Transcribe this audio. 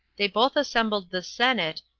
they both assembled the senate,